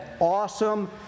awesome